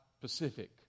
Pacific